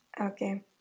Okay